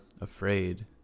afraid